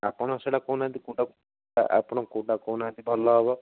ଆପଣ ସେଇଟା କହୁନାହାନ୍ତି କେଉଁଟା ଆପଣ କେଉଁଟା କହୁନାହାନ୍ତି ଭଲ ହେବ